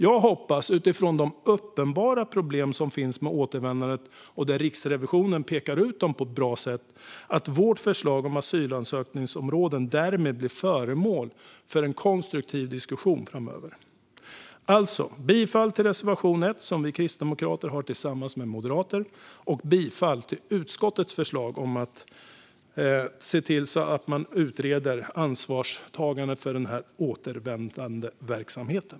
Jag hoppas utifrån de uppenbara problem som finns med återvändandet, som Riksrevisionen på ett bra sätt pekar ut, att vårt förslag om asylansökningsområden därmed blir föremål för en konstruktiv diskussion framöver. Jag yrkar bifall till reservation 1, som Kristdemokraterna har skrivit tillsammans med Moderaterna, och till utskottets förslag om en utredning om ansvarstagandet för återvändandeverksamheten.